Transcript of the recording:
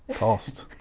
cost,